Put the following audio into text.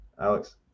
Alex